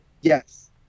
Yes